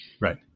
Right